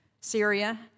Syria